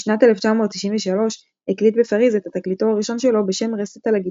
בשנת 1993 הקליט בפריז את התקליטור הראשון שלו בשם "רסיטל לגיטרה",